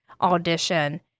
audition